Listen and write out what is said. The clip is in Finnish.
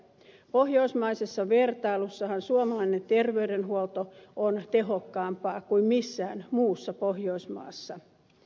pohjoismaisessa vertailussahan suomalainen terveydenhuolto on tehokkaampaa kuin missään muussa pohjoismaassa